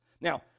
Now